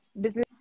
business